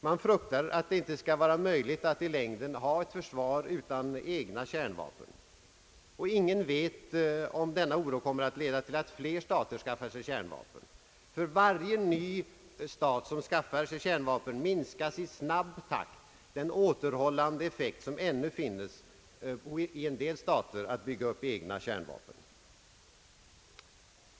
Man fruktar att det inte skall vara möjligt att i längden ha ett försvar utan egna kärnvapen. Ingen vet om denna oro kommer att leda till att fler stater skaffar sig kärnvapen. För varje ny stat som skaffar sig kärnvapen minskas i snabb takt den återhållande effekt som ännu finns i en del stater i fråga om att bygga upp egna kärnvapen.